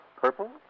purple